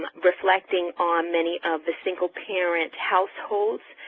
reflecting on many of the single parent households,